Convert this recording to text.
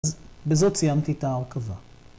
‫אז בזאת סיימתי את ההרכבה.